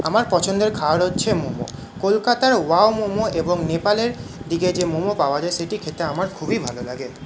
আমার পছন্দের খাওয়ার হচ্ছে মোমো কলকাতার ওয়াও মোমো এবং নেপালের দিকে যে মোমো পাওয়া যায় সেটি খেতে আমার খুবই ভালো লাগে